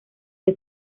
que